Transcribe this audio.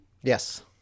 Yes